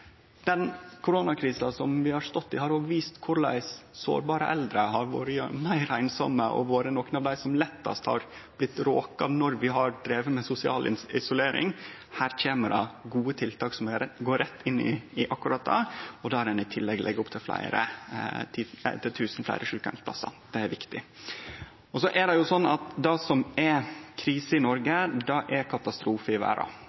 Den koronakrisa vi har stått i, har vist korleis sårbare eldre har vore meir einsame og vore nokon av dei som lettast har blitt råka når vi har drive med sosial isolering. Her kjem det gode tiltak som går rett inn i akkurat det, og der ein i tillegg legg opp til 1 000 fleire sjukeheimsplassar. Det er viktig. Så er det jo sånn at det som er krise i